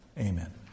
amen